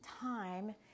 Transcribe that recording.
time